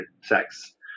sex